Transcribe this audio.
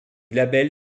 label